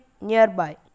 nearby